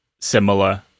similar